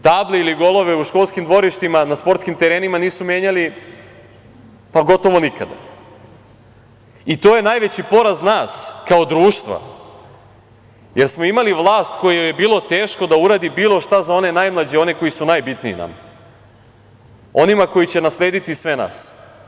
Table ili golove u školskim dvorištima, na sportskim terenima nisu menjali pa gotovo nikada i to je najveći poraz nas kao društva, jer smo imali vlast kojoj je bilo teško da uradi bilo šta za one najmlađe, za one koji su najbitniji nama, onima koji će naslediti sve nas.